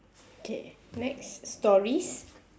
okay next stories